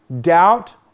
Doubt